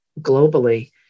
globally